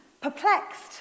perplexed